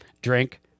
Drink